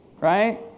right